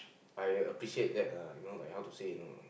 I appreciate that ah no lah like how to say you know